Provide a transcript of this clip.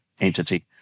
entity